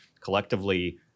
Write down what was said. collectively